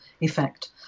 effect